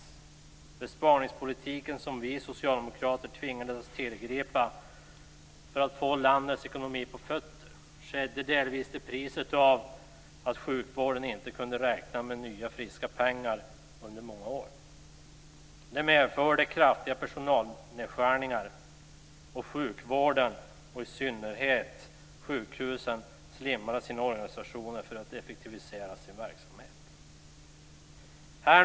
Den besparingspolitik som vi socialdemokrater tvingades tillgripa för att få landets ekonomi på fötter genomfördes delvis till priset av att sjukvården inte kunde räkna med nya friska pengar under många år. Det medförde kraftiga personalnedskärningar. Sjukvården, i synnerhet sjukhusen, slimmade sina organisationer för att effektivisera sin verksamhet.